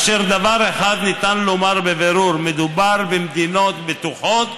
אשר דבר אחד ניתן לומר בבירור: מדובר במדינות בטוחות,